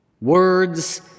Words